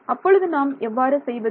அப்பொழுது நாம் எவ்வாறு செய்வது